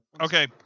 okay